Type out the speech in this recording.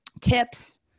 tips